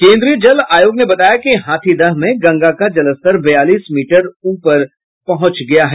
केंद्रीय जल आयोग ने बताया कि हाथीदह में गंगा का जलस्तर बयालीस मीटर ऊपर पहुंच गया है